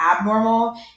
abnormal